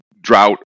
drought